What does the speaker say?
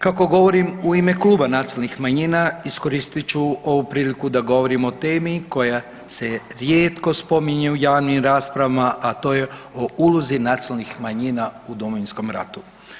Kako govorim u ime kluba Nacionalnih manjina iskoristit ću ovu priliku da govorim o temi koja se rijetko spominje u javnim raspravama, a to je o ulozi nacionalnih manjina u Domovinskom ratu.